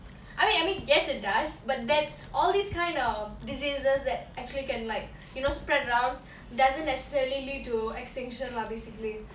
I mean I mean yes it does but that all these kind of diseases that actually can like you know spread around doesn't necessarily lead to extinction lah basically